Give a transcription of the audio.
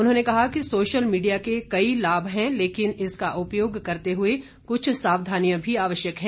उन्होंने कहा कि सोशल मीडिया के कई लाभ है लेकिन इसका उपयोग करते हुए कुछ सावधानियां भी आवश्यक है